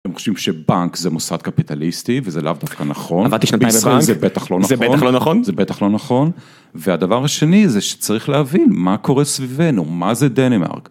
הם חושבים שבנק זה מוסד קפיטליסטי וזה לאו דווקא נכון, עבדתי שנתיים בבנק זה בטח לא נכון, זה בטח לא נכון, והדבר השני זה שצריך להבין מה קורה סביבנו, מה זה דנמרק.